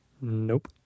Nope